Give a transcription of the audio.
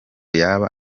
yaba